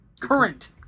current